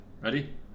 Ready